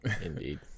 Indeed